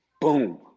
Boom